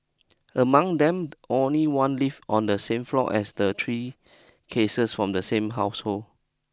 among them only one lived on the same floor as the three cases from the same household